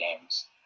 games